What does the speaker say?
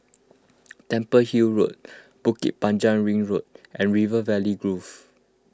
Temple Hill Road Bukit Panjang Ring Road and River Valley Grove